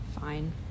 fine